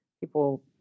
People